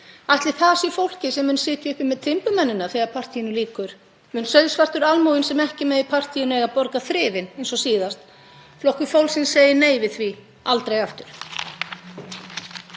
Ætli það sé fólkið sem mun sitja uppi með timburmennina þegar partíinu lýkur? Mun sauðsvartur almúginn, sem ekki er með í partíinu, eiga að borga þrifin eins og síðast? Flokkur fólksins segir nei við því. Aldrei aftur.